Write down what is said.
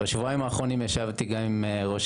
בשבועיים האחרונים ישבתי גם עם ראש